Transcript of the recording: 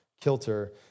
kilter